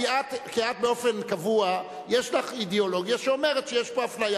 כי לך באופן קבוע יש אידיאולוגיה שאומרת שיש פה אפליה.